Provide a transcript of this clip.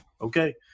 okay